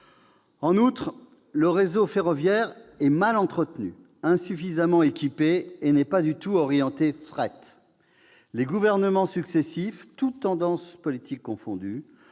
En outre, le réseau ferroviaire est mal entretenu, insuffisamment équipé, et n'est pas du tout orienté fret. Les gouvernements successifs, toutes tendances politiques confondues,